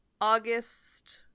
August